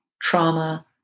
trauma